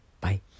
Bye